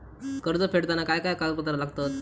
कर्ज फेडताना काय काय कागदपत्रा लागतात?